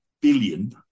billion